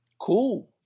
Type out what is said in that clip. cool